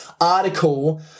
article